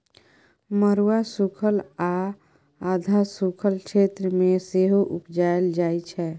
मरुआ सुखल आ अधहा सुखल क्षेत्र मे सेहो उपजाएल जाइ छै